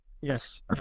Yes